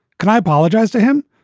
can i apologize to him?